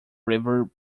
river